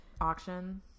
auction